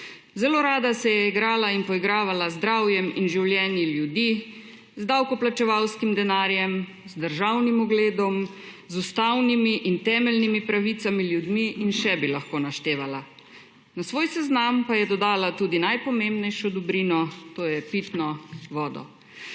zelo rada se je igrala in poigravala z zdravjem in življenji ljudi, z davkoplačevalskim denarjem, z državnim ugledom, z ustavnimi in temeljnimi pravicami ljudi in še bi lahko naštevala. Na svoj seznam pa je dodala tudi najpomembnejšo dobrino, to je pitno vodo.